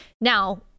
Now